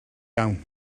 iawn